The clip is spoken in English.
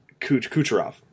Kucherov